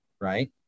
Right